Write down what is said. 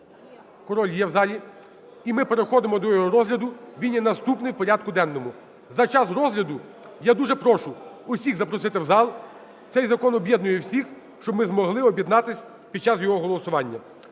Король є в залі. І ми переходимо до його розгляду, він є наступний в порядку денному. За час розгляду я дуже прошу усіх запросити в зал, цей закон об'єднує всіх, щоб ми могли об'єднатися під час його голосування.